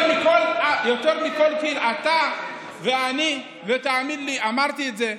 אתה ואני, ותאמין לי שאמרתי את זה,